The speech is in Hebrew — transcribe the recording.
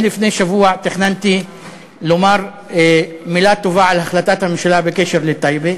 אני לפני שבוע תכננתי לומר מילה טובה על החלטת הממשלה בקשר לטייבה,